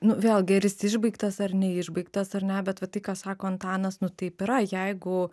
nu vėlgi ar jis išbaigtas ar neišbaigtas ar ne bet va tai ką sako antanas nu taip yra jeigu